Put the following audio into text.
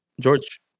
George